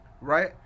right